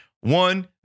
One